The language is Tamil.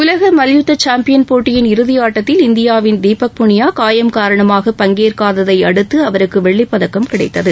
உலக மவ்யுத்த சாம்பியன் போட்டி இறுதியாட்டத்தில் இந்தியாவின் தீபக் புனியா காயம் காரணமாக பங்கேற்காததை அடுத்து அவருக்கு வெள்ளிப் பதக்கம் கிடைத்தது